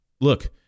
look